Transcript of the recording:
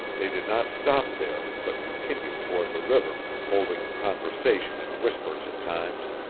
they did not stop there, but continued toward the river, holding a conversation in whispers at times,